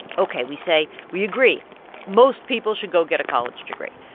ok, we say, we agree most people should go get a college degree,